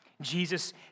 Jesus